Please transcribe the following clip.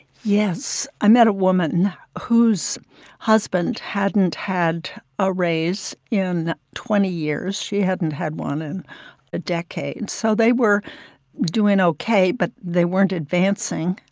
yes. i met a woman whose husband hadn't had a raise in twenty years. she hadn't had one in a decade, so they were doing ok, but they weren't advancing,